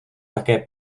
také